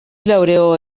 laureò